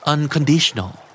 Unconditional